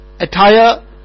attire